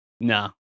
No